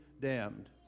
damned